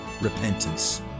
repentance